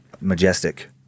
majestic